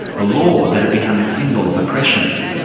a law that had become a symbol of oppression.